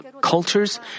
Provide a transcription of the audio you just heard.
cultures